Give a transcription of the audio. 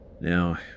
Now